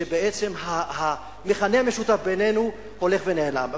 שבעצם המכנה המשותף בינינו הולך ונעלם.